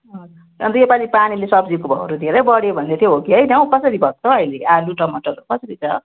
अँ अन्त यो पालि पानीले सब्जीको भाउहरू धेरै बढ्यो भन्दैथ्यो हो कि होइन हौ कसरी भएको छ हौ अहिले आलु टमाटरहरू कसरी छ